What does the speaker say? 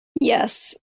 Yes